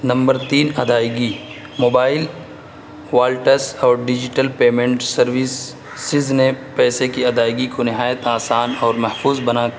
number تین ادائیگی mobile wallets اور ڈیجیٹل پیمنٹ سروسسز نے پیسے کی ادائیگی کو نہایت آسان اور محفوظ بنا